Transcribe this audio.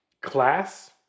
Class